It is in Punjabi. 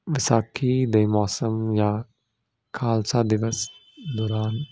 ਵਿਸਾਖੀ ਦੇ ਮੌਸਮ ਜਾਂ ਖਾਲਸਾ ਦਿਵਸ ਦੌਰਾਨ